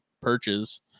perches